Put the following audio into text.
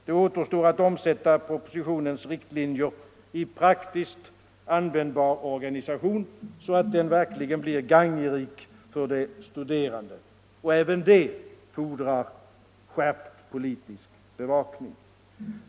Det återstår att omsätta propositionens riktlinjer i praktisk användning, så att den verkligen blir gagnerik för de studerande. Även det fordrar skärpt politisk bevakning.